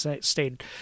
stayed